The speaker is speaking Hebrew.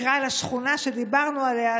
יקרא לשכונה שדיברנו עליה,